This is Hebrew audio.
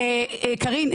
קארין,